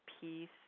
peace